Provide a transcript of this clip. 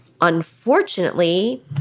unfortunately